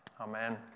amen